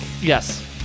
yes